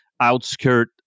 outskirt